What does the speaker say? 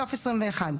בסוף 21,